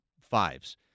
fives